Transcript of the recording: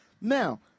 Now